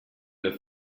der